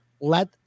let